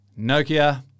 Nokia